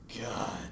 God